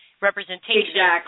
representation